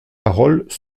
paroles